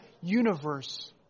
universe